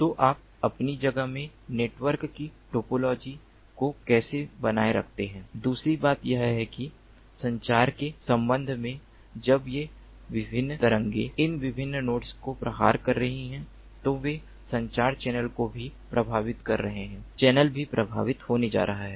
तो आप पहली जगह में नेटवर्क की टोपोलॉजी को कैसे बनाए रखते हैं दूसरी बात यह है कि संचार के संबंध में जब ये विभिन्न तरंगें इन विभिन्न नोड्स को प्रहार कर रही हैं तो वे संचार चैनल को भी प्रभावित कर रहे हैं चैनल भी प्रभावित होने जा रहा है